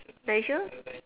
you got issue